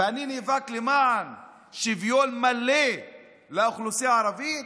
ואני נאבק למען שוויון מלא לאוכלוסייה הערבית?